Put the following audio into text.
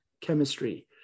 chemistry